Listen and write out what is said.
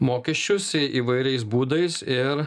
mokesčius įvairiais būdais ir